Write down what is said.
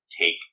take